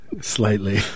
slightly